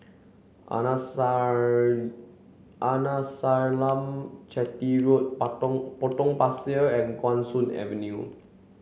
Arnasalam Chetty Road Potong Pasir and Guan Soon Avenue